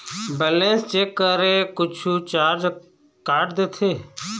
Balance check करें कुछू charge काट देथे?